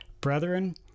Brethren